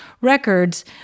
records